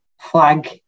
flag